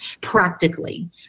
practically